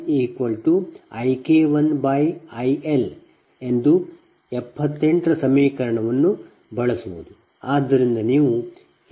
ಈಗ A K1 I K1 I L ಎಂದು 78 ರ ಸಮೀಕರಣವನ್ನು ಬಳಸುವುದು